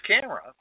camera